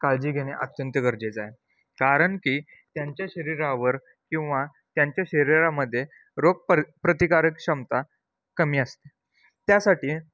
काळजी घेणे अत्यंत गरजेचं आहे कारण की त्यांच्या शरीरावर किंवा त्यांच्या शरीरामध्ये रोग प्र प्रतिकारक क्षमता कमी असते त्यासाठी